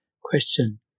Question